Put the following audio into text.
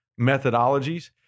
methodologies